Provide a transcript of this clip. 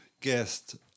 guest